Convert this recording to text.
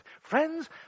Friends